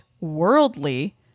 worldly